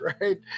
right